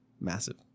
massive